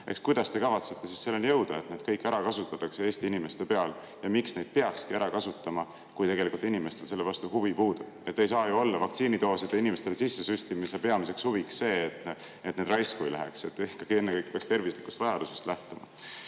Kuidas te kavatsete selleni jõuda, et need kõik ära kasutatakse Eesti inimeste peal? Ja miks neid peakski ära kasutama, kui tegelikult inimestel selle vastu huvi puudub? Ei saa ju olla vaktsiinidooside inimestele sisse süstimise peamine huvi see, et need raisku ei läheks. Ikkagi ennekõike peaks tervise vajadusest lähtuma.